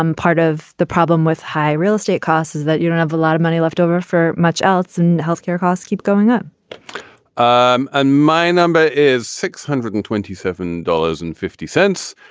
um part of the problem with high real estate costs is that you don't have a lot of money left over for much else and health care costs keep going up and um ah my number is six hundred and twenty seven dollars and fifty cents,